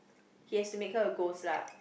he has to make her a ghost lah